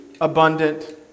abundant